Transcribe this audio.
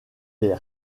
des